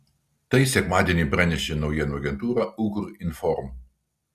tai sekmadienį pranešė naujienų agentūra ukrinform